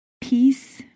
peace